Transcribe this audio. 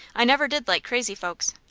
i never did like crazy folks.